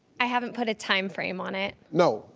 i haven't put a time frame on it. no.